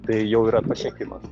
tai jau yra pasiekimas